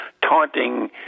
taunting